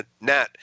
Nat